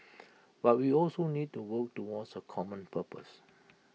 but we also need to work towards A common purpose